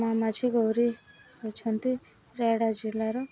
ମାଁ ମାଝି ଗୌରୀ ହେଉଛନ୍ତି ରାୟଗଡ଼ା ଜିଲ୍ଲାର